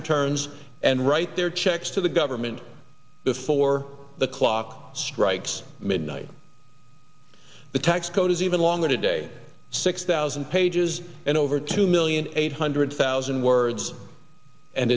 returns and write their checks to the government before the clock strikes midnight the tax code is even longer today six thousand pages and over two million eight hundred thousand words and